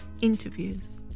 interviews